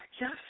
Yes